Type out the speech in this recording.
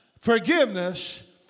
forgiveness